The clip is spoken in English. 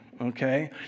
okay